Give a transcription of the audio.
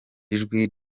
ijwi